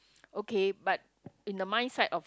okay but in the mind sight of